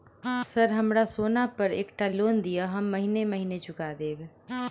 Sir हमरा सोना पर एकटा लोन दिऽ हम महीने महीने चुका देब?